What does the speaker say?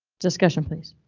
discussion please.